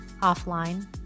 offline